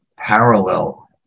parallel